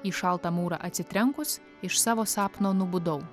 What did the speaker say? į šaltą mūrą atsitrenkus iš savo sapno nubudau